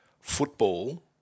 football